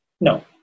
no